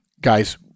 guys